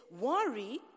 worry